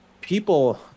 people